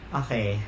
okay